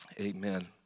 amen